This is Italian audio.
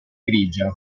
grigia